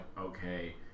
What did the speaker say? okay